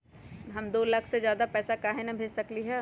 हम दो लाख से ज्यादा पैसा काहे न भेज सकली ह?